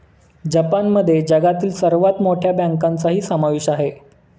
जपानमध्ये जगातील सर्वात मोठ्या बँकांचाही समावेश आहे